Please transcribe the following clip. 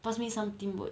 pass me some teamwork